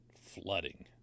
flooding